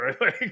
right